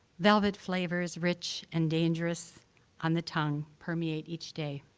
velvet flavors, rich and dangerous on the tongue, permeate each day.